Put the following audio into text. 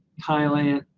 thailand,